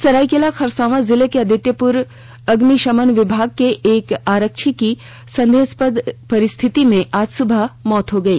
सरायकेला खरसावां जिले के आदित्यपुर अग्निशमन विभाग के एक आरक्षी की संदेहास्पद परिस्थिति में आज सुबह मौत हो गई